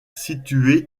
située